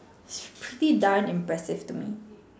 pretty darn impressive to me